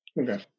Okay